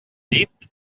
llit